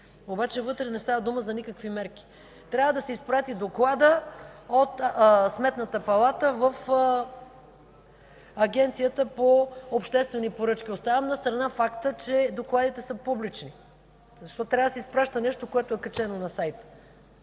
Обаче вътре не става дума за никакви мерки. Трябва да се изпрати докладът от Сметната палата в Агенцията по обществени поръчки. Оставям настрана факта, че докладите са публични. Защо трябва да се изпраща нещо, което е качено на сайта?